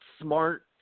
smart